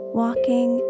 walking